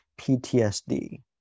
PTSD